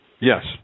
Yes